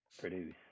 Produce